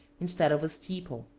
instead of a steeple.